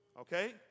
Okay